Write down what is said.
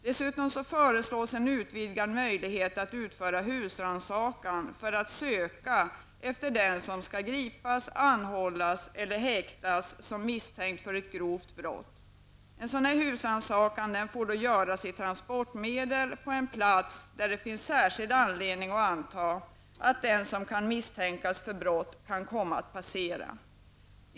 Dessutom föreslås en utvidgad möjlighet att utföra husrannsakan för att söka efter den som skall gripas, anhållas eller häktas som misstänkt för ett grovt brott. En sådan husrannsakan får då göras i transportmedel på en plats där det finns särskild anledning att anta att den som kan misstänkas för brott kan komma att passera.